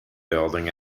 building